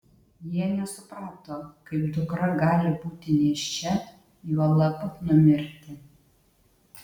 jie nesuprato kaip dukra gali būti nėščia juolab numirti